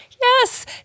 Yes